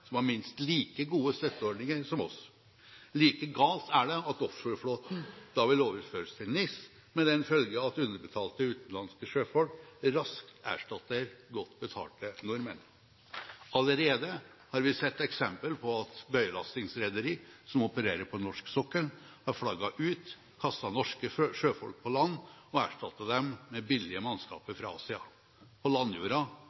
som har minst like gode støtteordninger som oss. Like galt er det at offshoreflåten da vil overføres til NIS, med den følge at underbetalte utenlandske sjøfolk raskt erstatter godt betalte nordmenn. Allerede har vi sett eksempel på at bøyelastingsrederier som opererer på norsk sokkel, har flagget ut, kastet norske sjøfolk på land og erstattet dem med billige